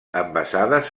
envasades